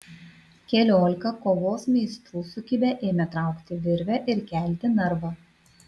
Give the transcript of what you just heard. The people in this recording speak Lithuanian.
keliolika kovos meistrų sukibę ėmė traukti virvę ir kelti narvą